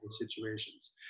situations